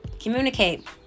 communicate